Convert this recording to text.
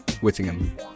Whittingham